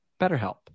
BetterHelp